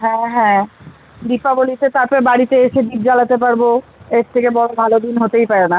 হ্যাঁ হ্যাঁ দীপাবলীতে তাপরে বাড়িতে এসে দীপ জ্বালাতে পারবো এর থেকে বড় ভালো দিন হতেই পারে না